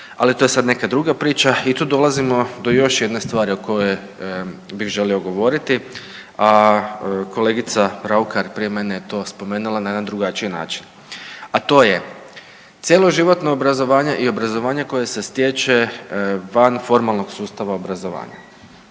ali to je sad neka druga priča. I tu dolazimo do još jedne stvari o kojoj bi želio govoriti, a kolegica Raukar je prije mene to spomenula na jedan drugačiji način. A to je cjeloživotno obrazovanje i obrazovanje koje se stječe van formalnog sustava obrazovanja.